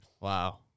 Wow